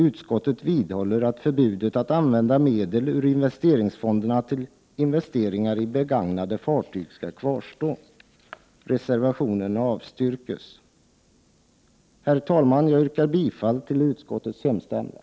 Utskottet vidhåller att förbudet att använda medel ur investeringsfonder till investeringar i begagnade fartyg skall kvarstå. Reservationen avstyrks. Herr talman! Jag yrkar bifall till utskottets hemställan.